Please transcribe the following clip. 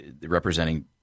representing